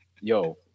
Yo